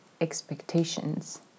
expectations